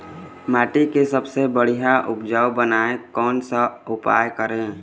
माटी के सबसे बढ़िया उपजाऊ बनाए कोन सा उपाय करें?